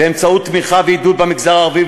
באמצעות תמיכה ועידוד במגזר הערבי,